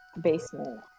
basement